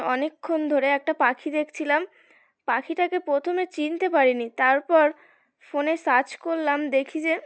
অনেকক্ষণ ধরে একটা পাখি দেখছিলাম পাখিটাকে প্রথমে চিনতে পারিনি তারপর ফোনে সার্চ করলাম দেখি যে